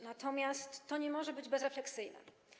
Natomiast to nie może być bezrefleksyjne.